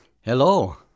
Hello